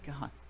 God